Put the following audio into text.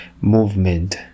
movement